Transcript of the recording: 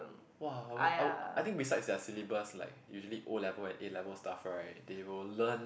!wah! I'll I think besides their syllabus like usually O-level and A-level stuff right they will learn